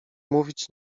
mówić